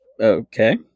Okay